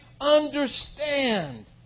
understand